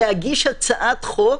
להגיש הצעת חוק